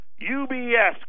UBS